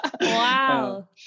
Wow